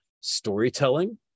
storytelling